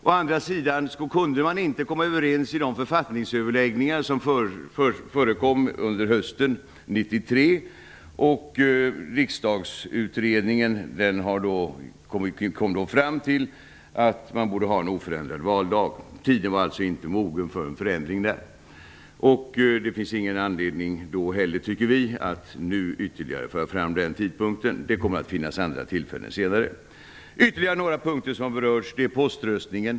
Å andra sidan kunde man inte komma överens vid de författningsöverläggningar som förekom under hösten 1993, och Riksdagsutredningen kom då fram till att man borde ha en oförändrad valdag. Tiden var alltså inte mogen för en förändring på den punkten. Det finns därför inte någon anledning att nu ytterligare föra fram förslag om den tidpunkten. Det kommer att bli nya tillfällen senare. Ytterligare en punkt som berörts är poströstningen.